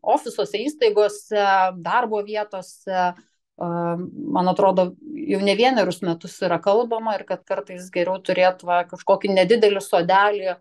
ofisuose įstaigose darbo vietose a man atrodo jau ne vienerius metus yra kalbama ir kad kartais geriau turėt va kažkokį nedidelį sodelį